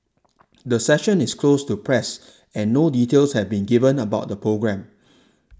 the session is closed to press and no details have been given about the programme